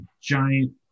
giant